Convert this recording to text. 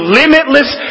limitless